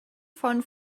von